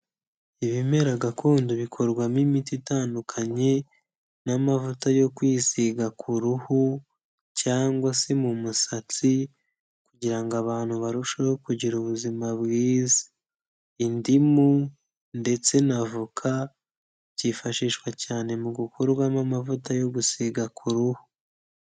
Ibimera gakondo bikorwamo imiti itandukanye n'amavuta yo kwisiga ku ruhu cyangwa se mu musatsi kugira ngo abantu barusheho kugira ubuzima bwiza. Indimu ndetse na avoka byifashishwa cyane mu gukorwamo amavuta yo gusiga ku ruhu.